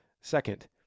Second